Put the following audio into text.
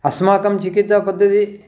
अस्माकं चिकित्सापद्धतिः